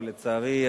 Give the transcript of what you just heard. ולצערי,